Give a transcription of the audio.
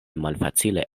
malfacile